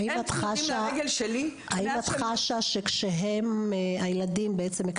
האם את חשה שכשהם הילדים בעצם,